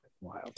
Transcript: wild